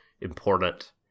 important